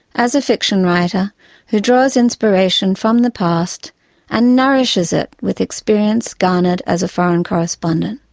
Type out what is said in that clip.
as a fiction writer who draws inspiration from the past and nourishes it with experience garnered as a foreign correspondent.